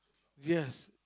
yes